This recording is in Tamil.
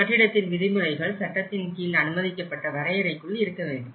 கட்டிடத்தின் விதிமுறைகள் சட்டத்தின்கீழ் அனுமதிக்கப்பட்ட வரையரைக்குள் இருக்க வேண்டும்